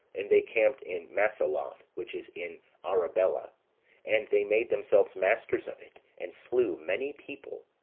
and they camped in masaloth, which is in arabella and they made themselves masters of it, and slew many people.